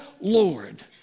Lord